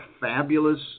fabulous